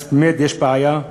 אז באמת יש בעיה.